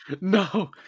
no